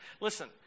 Listen